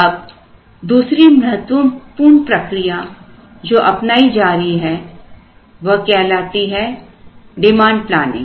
अब दूसरी महत्वपूर्ण प्रक्रिया जो अपनाई जा रही है वह कहलाती है डिमांड प्लानिंग